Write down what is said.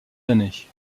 années